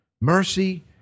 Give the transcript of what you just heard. mercy